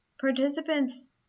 participants